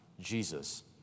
Jesus